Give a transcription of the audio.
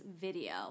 video